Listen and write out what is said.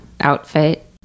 outfit